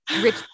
Rich